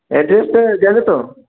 অ্যাড্রেসটা জানো তো